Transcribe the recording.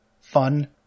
fun